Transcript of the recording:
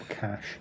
cash